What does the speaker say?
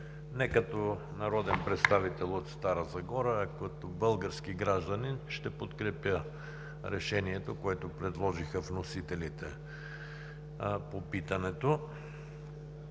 Не като народен представител от Стара Загора, а като български гражданин ще подкрепя решението, което предложиха вносителите по питането.